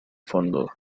fondo